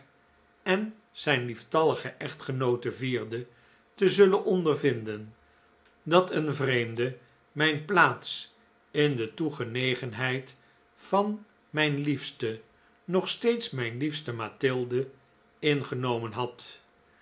en zijn lieftallige echtgenoote vierde te zullen ondervinden dat een vreemde mijn plaats in de toegenegenheid van mijn liefste nog steeds mijn liefste mathilde ingenomen had